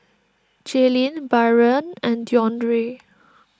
Jailyn Byron and Deondre